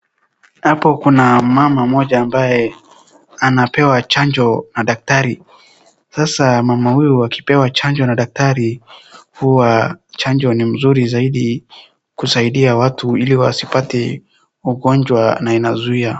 Hapo kuna mmama mmoja ambaye anapewa chanjo na daktari. Sasa mama huyu akipewa chanjo na daktari huwa chanjo ni mzuri zaidi kusaidia watu ili watu wasipate ugonjwa na inazuia.